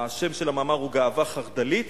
השם של המאמר הוא "גאווה חרד"לית"